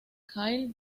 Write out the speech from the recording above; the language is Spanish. kyle